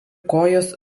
kojos